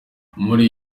muri